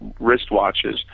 wristwatches